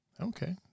okay